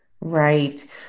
Right